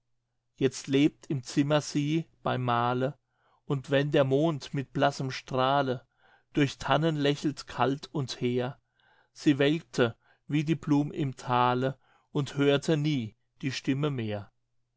jetzt lebt im zimmer sie bei'm mahle und wenn der mond mit blassem strahle durch tannen lächelt kalt und hehr sie welkte wie die blum im thale sie hörte nie die stimme mehr